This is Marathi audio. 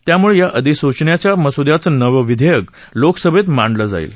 त्यामुळे या अधिसूनेच्याच मसुद्याचं नवं विधेयक लोकसभेत मांडलं जाईल